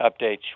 updates